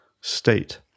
state